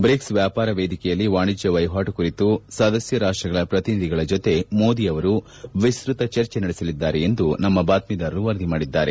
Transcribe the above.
BRICS ವ್ಯಾಪಾರ ವೇದಿಕೆಯಲ್ಲಿ ವಾಣಿಜ್ಯ ವಹಿವಾಟು ಕುರಿತು ಸದಸ್ಯ ರಾಷ್ಷಗಳ ಪ್ರತಿನಿಧಿಗಳ ಜೊತೆ ಮೋದಿ ಅವರು ವಿಸ್ತತ ಚರ್ಜೆ ನಡೆಸಲಿದ್ದಾರೆ ಎಂದು ನಮ್ಮ ಬಾತ್ಸೀದಾರರು ವರದಿ ಮಾಡಿದ್ದಾರೆ